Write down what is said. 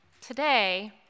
Today